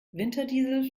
winterdiesel